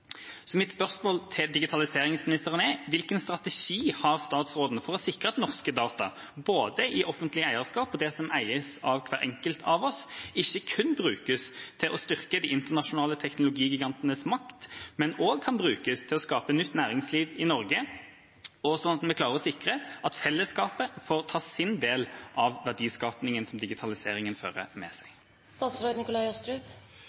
Så mitt spørsmål til digitaliseringsministeren er: Hvilken strategi har statsråden for å sikre at norske data, både de som er i offentlig eierskap, og de som eies av hver enkelt av oss, ikke kun brukes til å styrke de internasjonale teknologigigantenes makt, men også kan brukes til å skape nytt næringsliv i Norge, sånn at vi klarer å sikre at fellesskapet får ta sin del av verdiskapingen som digitaliseringen fører med